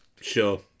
Sure